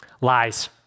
lies